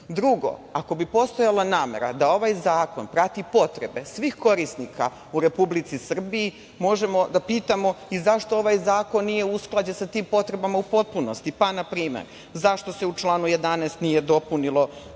decom. Drugo, ako postojala namera da ovaj zakon prati potrebe svih korisnika u Republici Srbiji, možemo da pitamo – zašto ovaj zakon nije usklađen sa tim potrebama u potpunosti? Na primer, zašto se u članu 11. nije dopunila tačka